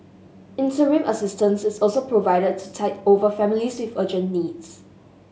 interim assistance is also provided to tide over families with urgent needs